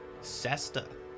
Sesta